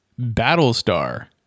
Battlestar